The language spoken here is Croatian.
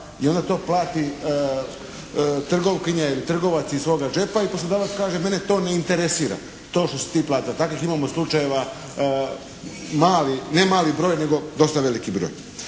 trgovkinja ili trgovac iz svoga džepa i poslodavac kaže mene to ne interesira to što si ti platio, takvih imamo slučajeva mali, ne mali broj nego dosta veliki broj.